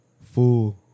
Fool